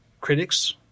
critics